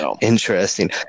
Interesting